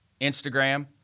Instagram